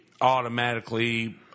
automatically